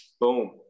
boom